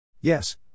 Yes